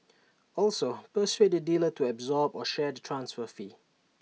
also persuade the dealer to absorb or share the transfer fee